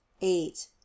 eight